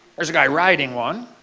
there's a guy riding one.